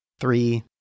three